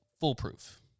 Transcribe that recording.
foolproof